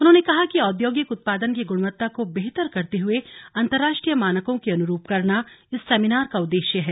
उन्होंने कहा कि औद्योगिक उत्पादन की गुणवत्ता को बेहतर करते हुए अंतरराष्ट्रीय मानकों के अनुरूप करना इस सेमिनार का उद्देश्य है